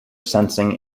sensing